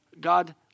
God